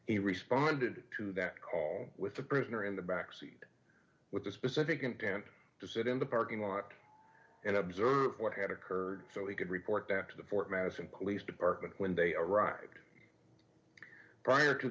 he responded to that call with the prisoner in the back seat with the specific intent to sit in the parking lot and observe what had occurred so he could report that to the fort madison police department when they arrived prior to